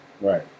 Right